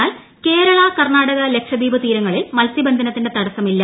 എന്നാൽ കേരള കർണാടക ലക്ഷദ്വീപ് തീരങ്ങളിൽ മത്സ്യബന്ധനത്തിന് തടസമില്ല